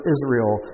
Israel